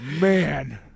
Man